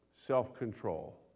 self-control